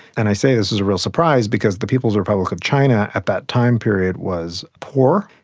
and i say this was a real surprise because the people's republic of china at that time period was poor,